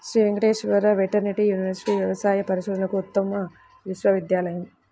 Shri Venkateswara veterinary university వ్యవసాయ పరిశోధనలకు ఉత్తమ విశ్వవిద్యాలయం